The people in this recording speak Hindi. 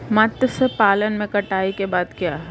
मत्स्य पालन में कटाई के बाद क्या है?